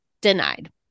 denied